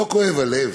לא כואב הלב?